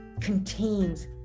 contains